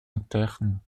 interne